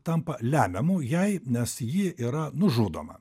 tampa lemiamu jai nes ji yra nužudoma